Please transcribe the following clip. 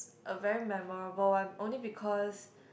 a very memorable one only because